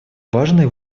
важные